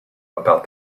about